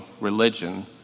religion